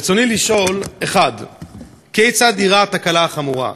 רצוני לשאול: 1. כיצד אירעה התקלה החמורה?